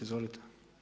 Izvolite.